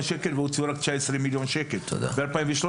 שקל והוציאו רק 19 מיליון שקל ב-2013.